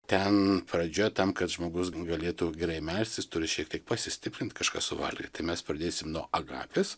ten pradžioje tam kad žmogus galėtų gerai melstis turi šiek tiek pasistiprint kažką suvalgyt tai mes pradėsim nuo agapės